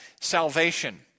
salvation